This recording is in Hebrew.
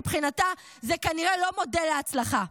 מבחינתה זה כנראה לא מודל להצלחה,